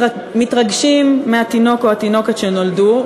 מתרגשים מהתינוק או התינוקת שנולדו,